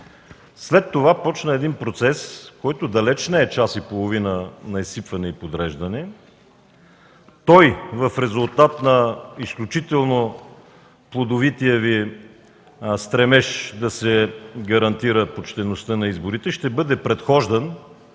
След това започва един процес, който далеч не е час и половина, на изсипване и подреждане. Той, в резултат на изключително плодовития Ви стремеж да се гарантира почтеността на изборите, ще бъде предхождан